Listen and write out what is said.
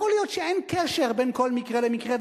יכול להיות שאין קשר בין כל מקרה למקרה,